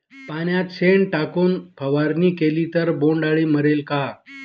पाण्यात शेण टाकून फवारणी केली तर बोंडअळी मरेल का?